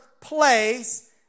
place